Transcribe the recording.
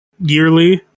yearly